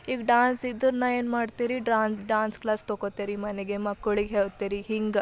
ಈಗ ಡಾನ್ಸ್ ಇದ್ದರೆ ನಾ ಏನು ಮಾಡ್ತೆ ರೀ ಡ್ರ್ಯಾನ್ ಡ್ಯಾನ್ಸ್ ಕ್ಲಾಸ್ ತೊಗೊತೆರಿ ಮನೆಗೆ ಮಕ್ಕಳಿಗ್ ಹೇಳ್ತೇವ್ರಿ ಹಿಂಗ